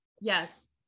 Yes